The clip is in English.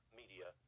media